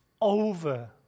over